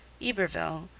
yberville,